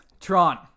tron